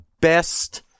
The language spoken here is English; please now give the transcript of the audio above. best